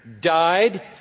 died